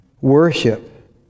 worship